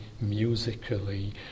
musically